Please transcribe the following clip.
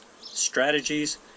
strategies